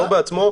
לא בעצמו.